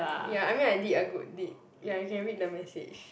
ya I mean I did a good deed ya you can read the message